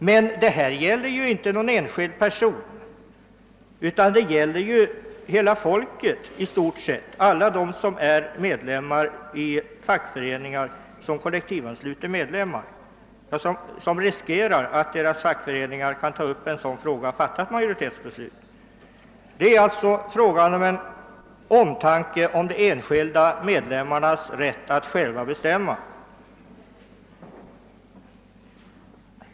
Men detta gäller ju inte någon enskild person, utan det gäller alla dem inom vårt folk som är med i fackföreningar, vilka kollektivansluter medlemmar, och som alltså riskerar att deras fackförening kan ta upp sådana här frågor och fatta ett majoritetsbeslut. Det gäller alltså omtanke om de enskilda medlemmarnas rätt att själva bestämma.